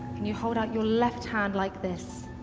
can you hold out your left hand like this